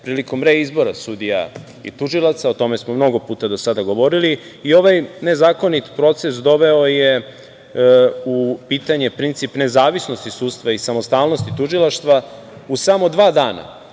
prilikom reizbora sudija i tužilaca, o tome smo mnogo puta do sada govorili. Ovaj nezakonit proces doveo je u pitanje princip nezavisnosti sudstva i samostalnosti Tužilaštva. U samo dva dana